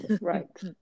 Right